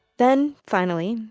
then, finally,